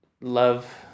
love